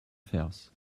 vers